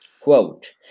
quote